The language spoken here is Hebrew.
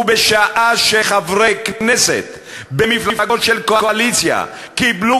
ובשעה שחברי כנסת במפלגות הקואליציה קיבלו